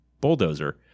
bulldozer